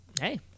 Hey